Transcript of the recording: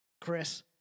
Chris